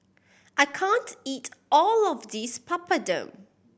I can't eat all of this Papadum